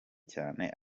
cyane